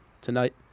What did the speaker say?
tonight